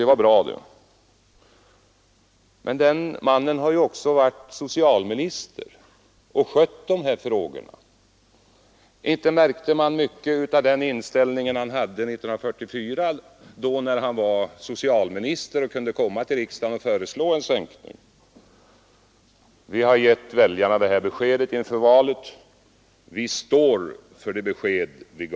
Det var bra att han gjorde det, men den mannen har ju också varit socialminister och skött de här frågorna. Inte märkte man mycket av den inställning han hade 1944 under den tid han var socialminister och kunde komma till riksdagen med förslag om en sänkning av pensionsåldern. Vi har givit väljarna vårt besked inför valet, och vi står för det beskedet.